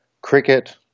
cricket